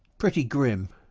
pretty grim,